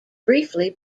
briefly